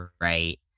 right